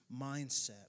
mindset